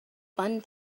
fun